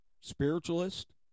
spiritualist